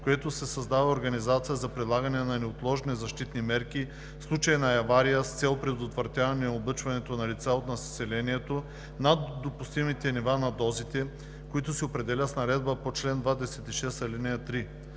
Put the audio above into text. която се създава организация за прилагане на неотложни защитни мерки в случай на авария с цел предотвратяване на облъчването на лица от населението над допустимите нива на дозите, които се определят с наредбата по чл. 26, ал. 3.